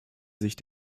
sich